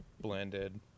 blended